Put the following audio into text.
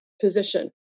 position